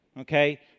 okay